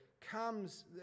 comes